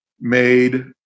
made